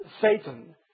Satan